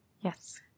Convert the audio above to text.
Yes